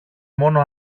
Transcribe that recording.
μόνο